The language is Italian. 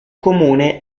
comune